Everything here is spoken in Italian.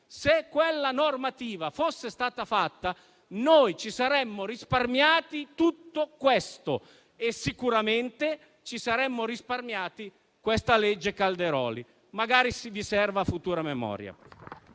se quella normativa fosse stata approvata, ci saremmo risparmiati tutto questo e sicuramente ci saremmo risparmiati questa legge Calderoli. Magari vi servirà a futura memoria.